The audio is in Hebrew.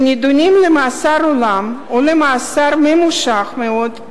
שנידונים למאסר עולם או למאסר ממושך מאוד,